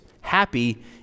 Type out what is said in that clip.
happy